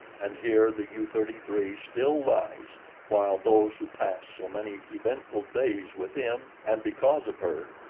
and here the u thirty three still lies while those who passed so many eventful days within and because of her,